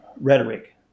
rhetoric